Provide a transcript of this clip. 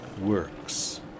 works